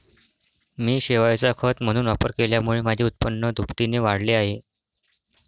मी शेवाळाचा खत म्हणून वापर केल्यामुळे माझे उत्पन्न दुपटीने वाढले आहे